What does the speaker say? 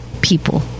people